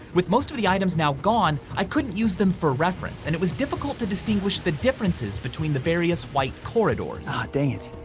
with most of the items now gone i couldn't use them for reference and it was difficult to distinguish the differences between the various white corridors. oh dang it!